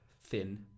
thin